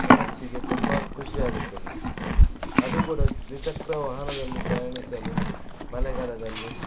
ಮನಸ್ಸಿಗೆ ತುಂಬ ಖುಷಿಯಾಗುತ್ತದೆ ಅದು ಕೂಡ ದ್ವಿಚಕ್ರ ವಾಹನದಲ್ಲಿ ಪ್ರಯಾಣಿಸಲು ಮಳೆಗಾಲದಲ್ಲಿ